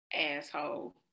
asshole